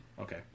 Okay